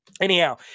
Anyhow